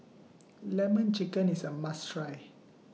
Lemon Chicken IS A must Try